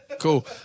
Cool